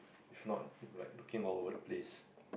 if not like looking all over the place